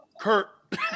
Kurt